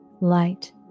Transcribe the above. light